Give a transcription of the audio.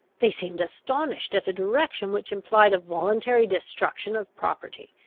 they seemed astonished at a direction which implied a voluntary destruction of property,